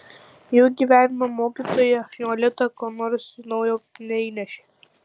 į jų gyvenimą mokytoja jolita ko nors naujo neįnešė